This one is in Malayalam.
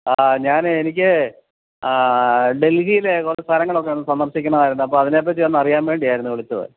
ആ ഞാന് എനിക്ക് ഡെൽഹിയിലെ കുറച്ച് സ്ഥലങ്ങളൊക്കെ ഒന്ന് സന്ദർശിക്കണമായിരുന്നു അപ്പോള് അതിനെപ്പറ്റിയൊന്ന് അറിയാൻ വേണ്ടിയായിരുന്നു വിളിച്ചത്